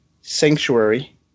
Sanctuary